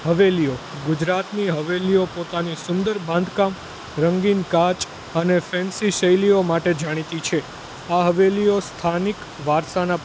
હવેલીઓ ગુજરાતની હવેલીઓ પોતાની સુંદર બાંધકામ રંગીન કાચ અને ફેન્સી શૈલીઓ માટે જાણીતી છે આ હવેલીઓ સ્થાનિક વારસાના